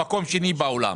מקום שני בעולם.